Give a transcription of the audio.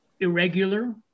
irregular